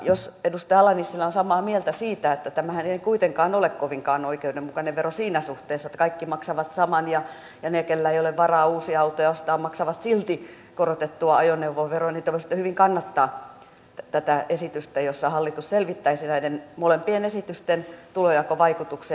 jos edustaja ala nissilä on samaa mieltä siitä että tämähän ei kuitenkaan ole kovinkaan oikeudenmukainen vero siinä suhteessa että kaikki maksavat saman ja ne keillä ei ole varaa uusia autoja ostaa maksavat silti korotettua ajoneuvoveroa niin te voisitte hyvin kannattaa tätä esitystä jossa hallitus selvittäisi näiden molempien esitysten tulonjakovaikutuksen